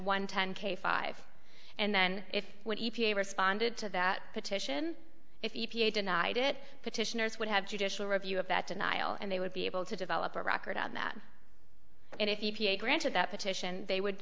one ten k five and then if when e p a responded to that petition if you denied it petitioners would have judicial review of that denial and they would be able to develop a record of that and if you a granted that petition they would